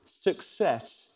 success